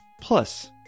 Plus